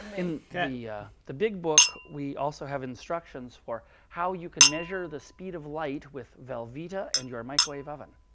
in the the big book, we also have instructions for how you can measure the speed of light with velveeta and your microwave oven.